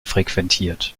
frequentiert